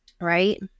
right